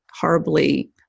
horribly